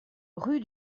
rue